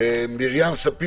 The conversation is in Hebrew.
ישי שרון, הסנגוריה הציבורית.